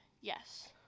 Yes